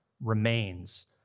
remains